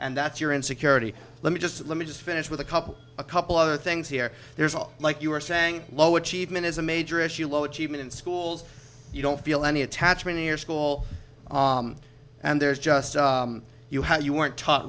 and that's your insecurity let me just let me just finish with a couple a couple other things here there's all like you are saying low achievement is a major issue low achievement in schools you don't feel any attachment in your school and there's just you how you weren't taught